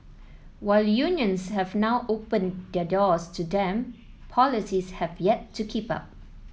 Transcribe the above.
while unions have now opened their doors to them policies have yet to keep up